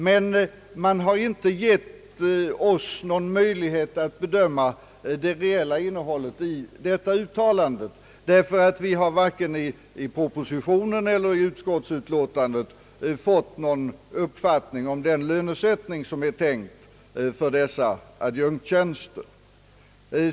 Men man har inte gett oss någon möjlighet att bedöma det reella innehållet i detta uttalande, ty vi har varken i propositionen eller i utskottsutlåtandet fått någon uppfattning om den lönesättning som är tänkt för dessa adjunktstjänster.